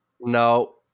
No